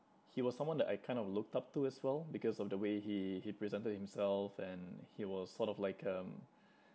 he was someone that I kind of looked up to as well because of the way he he presented himself and he was sort of like um